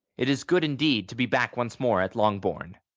it is good indeed to be back once more at longbourn.